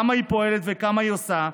כמה היא פועלת וכמה היא עושה.